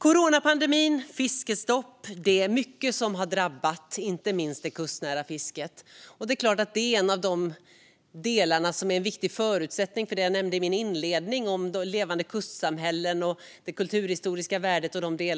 Coronapandemi, fiskestopp - det är mycket som har drabbat inte minst det kustnära fisket. En viktig förutsättning för det kustnära fisket är de levande kustsamhällena och det kulturhistoriska värdet.